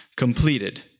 completed